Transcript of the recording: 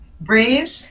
breathe